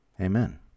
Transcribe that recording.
Amen